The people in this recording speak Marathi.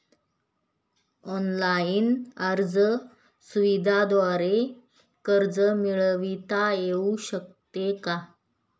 ऑनलाईन अर्ज सुविधांद्वारे कर्ज मिळविता येऊ शकते का?